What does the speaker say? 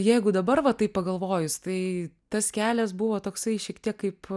jeigu dabar va taip pagalvojus tai tas kelias buvo toksai šiek tiek kaip